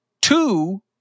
two